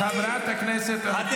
כל חלקה טובה אתם הורסים, קטי.